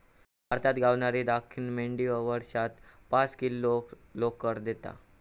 भारतात गावणारी दख्खनी मेंढी वर्षाक पाच किलो लोकर देता